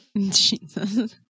Jesus